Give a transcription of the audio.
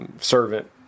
Servant